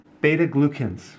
Beta-glucans